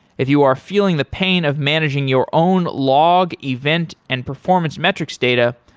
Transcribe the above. if you are feeling the pain of managing your own log, event and performance metrics data,